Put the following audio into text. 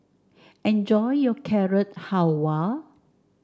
enjoy your Carrot Halwa